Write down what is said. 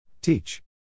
Teach